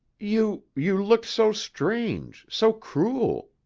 you you looked so strange, so cruel.